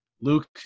Luke